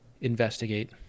investigate